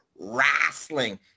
wrestling